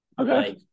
Okay